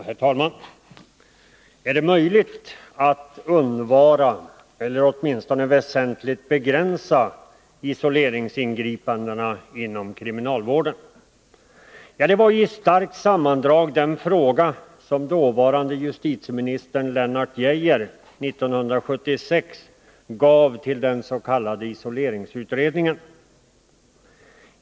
Herr talman! Är det möjligt att undvara eller åtminstone väsentligt begränsa isoleringsingripandena inom kriminalvården? Det var i starkt sammandrag den fråga som dåvarande justitieministern Nr 34 Lennart Geijer 1976 gav den s.k. isoleringsutredningen.